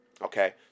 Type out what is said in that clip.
okay